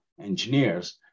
engineers